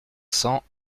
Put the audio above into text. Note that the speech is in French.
cent